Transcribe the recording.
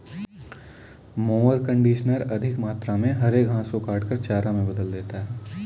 mower conditioner अधिक मात्रा में हरे घास को काटकर चारा में बदल देता है